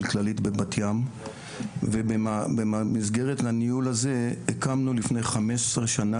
כללית בבת ים ובמסגרת הניהול הזה הקמנו לפני 15 שנה